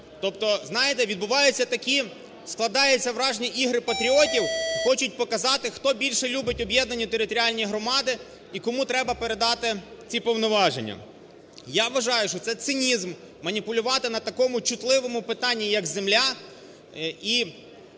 Тобто знаєте, відбуваються такі, складається враження, "ігри патріотів", хочуть показати, хто більше любить об'єднані територіальні громади і кому треба передати ці повноваження. Я вважаю, що це цинізм маніпулювати на такому чутливому питанні як земля і